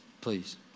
Please